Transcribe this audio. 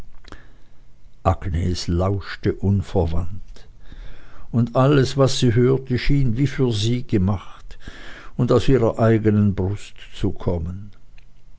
agnes lauschte unverwandt und altes was sie hörte schien wie für sie gemacht und aus ihrer eigenen brust zu kommen